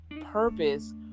purpose